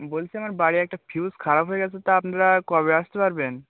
বলছি আমার বাড়ির একটা ফিউজ খারাপ হয়ে গেছে তা আপনারা কবে আসতে পারবেন